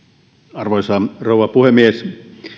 arvoisa rouva puhemies